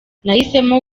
nahisemo